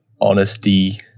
honesty